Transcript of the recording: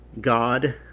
God